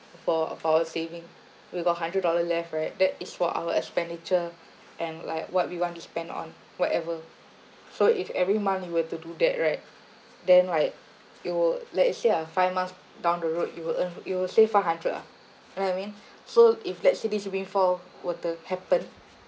for for our saving we got hundred dollar left right that is for our expenditure and like what we want to spend on whatever so if every month you were to do that right then like it will like I say ah five months down the road you will earn you will save five hundred ah you know what I mean so if let's say this windfall were to happen